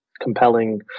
compelling